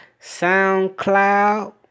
SoundCloud